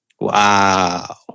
Wow